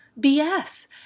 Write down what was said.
BS